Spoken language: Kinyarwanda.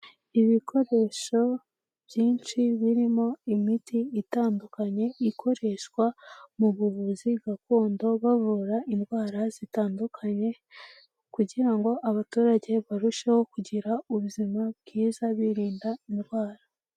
Ibikoresho byinshi, birimo imiti itandukanye ikoreshwa mu buvuzi gakondo bavura indwara zitandukanye, kugira ngo abaturage barusheho kugira ubuzima bwiza, birinda indwara.